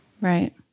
Right